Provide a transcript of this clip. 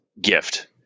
gift